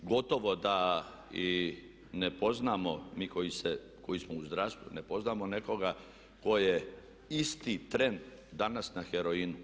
Gotovo da i ne poznajemo, mi koji smo u zdravstvu ne poznajemo nekoga tko je isti tren danas na heroinu.